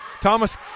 Thomas